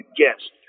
guest